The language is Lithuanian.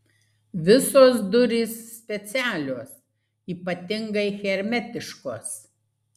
visos durys specialios ypatingai hermetiškos